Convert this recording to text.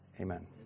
amen